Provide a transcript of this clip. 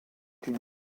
une